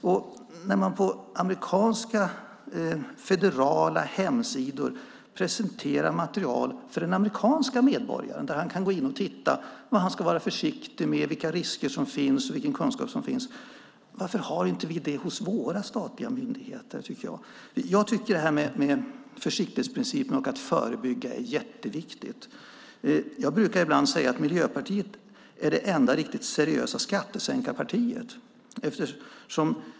Man har på amerikanska federala hemsidor presenterar material för den amerikanska medborgaren där han kan gå in och titta vad han ska vara försiktig med, vilka risker som finns och vilken kunskap som finns. Varför har vi inte det hos våra statliga myndigheter? Jag tycker att försiktighetsprincipen och att förebygga är jätteviktigt. Jag brukar ibland säga att Miljöpartiet är det enda seriösa skattesänkarpartiet.